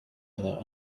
other